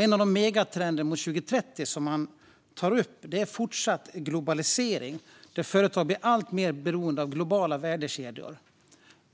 En av megatrenderna mot 2030 som rapporten tar upp är fortsatt globalisering, där företag blir alltmer beroende av globala värdekedjor.